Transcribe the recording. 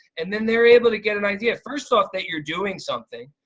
and then they're able to get an idea. first off that you're doing something.